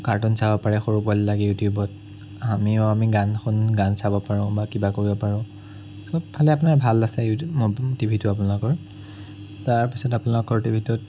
cartoon চাব পাৰে সৰু পোৱালীবিলাকে ইউটিবত আমিও আমি গান শুন গান চাব পাৰোঁ বা কিবা কৰিব পাৰোঁ চবফালে আপোনাৰ ভাল আছে টিভিটো আপোনালোকৰ তাৰ পাছত আপোনালোকৰ টিভিটোত